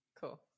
Cool